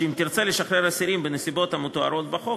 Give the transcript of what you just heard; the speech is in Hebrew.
שאם תרצה לשחרר אסירים בנסיבות המתוארות בחוק,